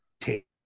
take